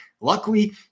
Luckily